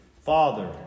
Father